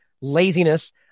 laziness